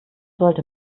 sollte